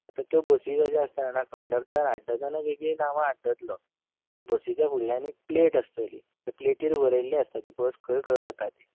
आतां त्यो बसी कश्यो आसता जाणा कंडक्टर आड्डताना वेगळी नांवा आड्डतलो बट बसिच्या फुडल्यान एक प्लॅट आसतली त्या प्लॅटीर बरयल्लें आसता ती बस खंय खंय वता ती